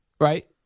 Right